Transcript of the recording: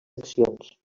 accions